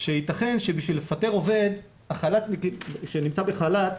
שיתכן שבשביל לפטר עובד שנמצא בחל"ת,